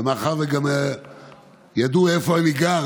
ומאחר שגם ידעו איפה אני גר,